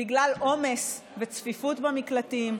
בגלל עומס וצפיפות במקלטים.